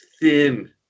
thin